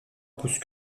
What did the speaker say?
pousse